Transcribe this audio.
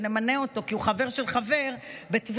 שנמנה אותו כי הוא חבר של חבר בטבריה,